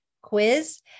quiz